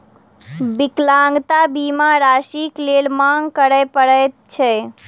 विकलांगता बीमा राशिक लेल मांग करय पड़ैत छै